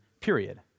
period